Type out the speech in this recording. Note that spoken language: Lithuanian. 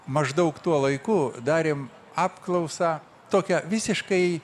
maždaug tuo laiku darėm apklausą tokią visiškai